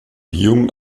jung